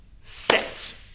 set